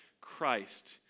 Christ